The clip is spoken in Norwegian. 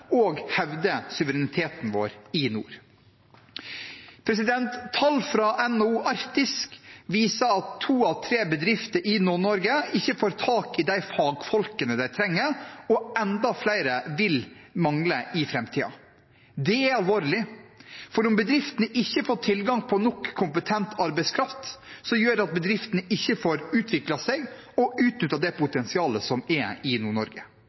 og hevde suvereniteten vår i nord. Tall fra NHO Arktis viser at to av tre bedrifter i Nord-Norge ikke får tak i de fagfolkene de trenger, og enda flere vil mangle i framtiden. Det er alvorlig, for om bedriftene ikke får tilgang på nok kompetent arbeidskraft, gjør det at bedriftene ikke får utviklet seg og utnyttet det potensialet som er i